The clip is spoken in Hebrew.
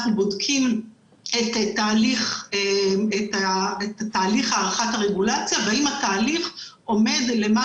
אנחנו בודקים את תהליך הערכת הרגולציה והאם התהליך עומד במה